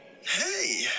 Hey